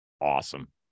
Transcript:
awesome